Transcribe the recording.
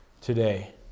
today